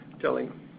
telling